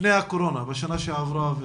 בשנה שעברה לפני הקורונה.